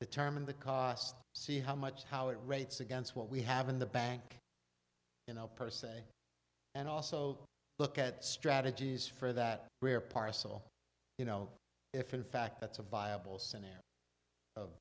determine the cost see how much how it rates against what we have in the bank you know per se and also look at strategies for that where parcel you know if in fact that's a viable